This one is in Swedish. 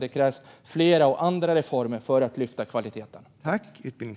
Det krävs fler och andra reformer för att lyfta kvaliteten.